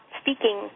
speaking